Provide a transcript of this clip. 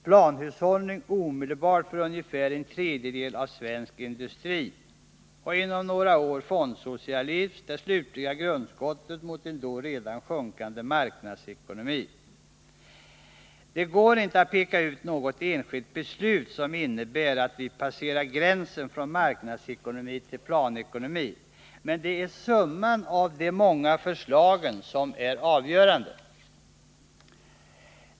Planhushållning omedelbart för ungefär en tredjedel av svensk industri. Och inom några år fondsocialismen, det slutliga grundskottet mot en då redan sjunkande marknadsekonomi. Det går inte att peka ut något enskilt beslut som innebär att vi passerar gränsen från marknadsekonomi till planekonomi. Det är summan av de många förslagen som är avgörande.